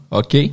ok